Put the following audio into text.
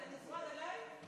אתה נצמד אליי?